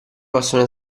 possono